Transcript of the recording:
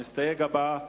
המסתייג הבא,